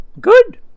Good